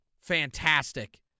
fantastic